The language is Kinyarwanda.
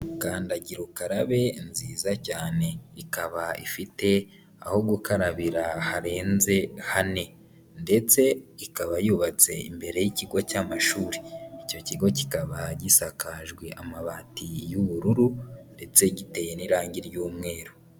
Kandagira ukarabe nziza cyane, ikaba ifite aho gukarabira harenze hane ndetse ikaba yubatse imbere y'ikigo cy'amashuri. Icyo kigo kikaba gisakajwe amabati y'ubururu ndetse giteye n'irangi ry'umweru.